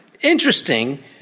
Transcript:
Interesting